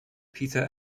peter